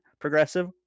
progressive